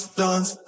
dance